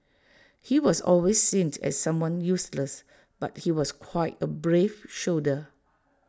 he was always seen as someone useless but he was quite A brave soldier